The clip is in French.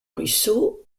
russo